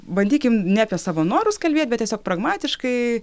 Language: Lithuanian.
bandykim ne apie savo norus kalbėt bet tiesiog pragmatiškai